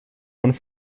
und